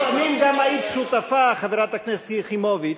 לפעמים גם היית שותפה, חברת הכנסת יחימוביץ,